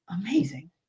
Amazing